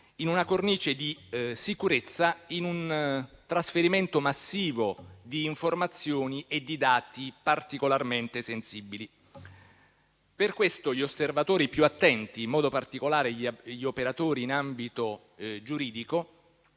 in una cornice di sicurezza, in un trasferimento massivo di informazioni e di dati particolarmente sensibili. Per questo gli osservatori più attenti, in modo particolare gli operatori in ambito giuridico,